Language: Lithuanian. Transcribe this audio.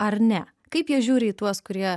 ar ne kaip jie žiūri į tuos kurie